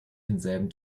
denselben